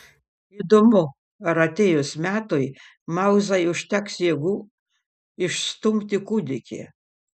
įdomu ar atėjus metui mauzai užteks jėgų išstumti kūdikį